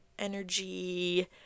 Energy